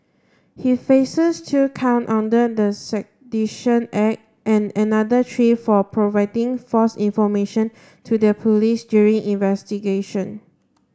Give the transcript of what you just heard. he faces two count under the Sedition Act and another tree for providing false information to their police during investigation